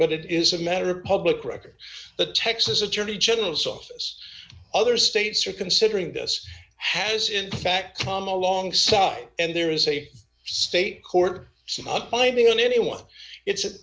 but it is a matter of public record the texas attorney general's office other states are considering this has in fact come alongside and there is a state court so not binding on anyone it's an